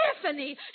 Stephanie